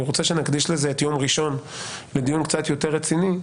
רוצה שנקדיש לזה את יום ראשון לדיון קצת יותר ראשון.